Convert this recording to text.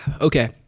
Okay